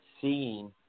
seeing